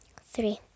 three